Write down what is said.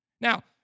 Now